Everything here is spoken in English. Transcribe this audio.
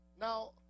Now